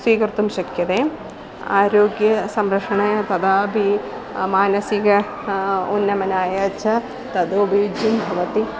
स्वीकर्तुं शक्यते आरोग्यसंरक्षणे तथापि मानसिक उन्नमनाय च तदुपयुक्तं भवति